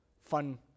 fun